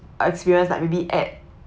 experience like maybe add